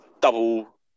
double